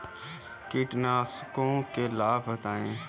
कीटनाशकों के लाभ बताएँ?